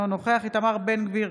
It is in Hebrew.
אינו נוכח איתמר בן גביר,